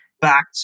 back